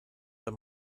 wenn